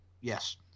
yes